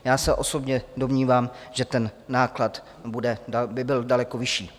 Já se osobně domnívám, že ten náklad by byl daleko vyšší.